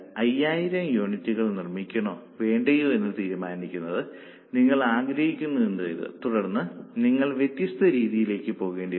5000 യൂണിറ്റുകൾ Unit's നിർമ്മിക്കണോ വേണ്ടയോ എന്ന് തീരുമാനിക്കാൻ നിങ്ങൾ ആഗ്രഹിക്കുന്നുവെന്ന് കരുതുക തുടർന്ന് നിങ്ങൾ വ്യത്യസ്ത രീതികളിലേക്ക് പോകേണ്ടിവരും